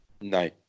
No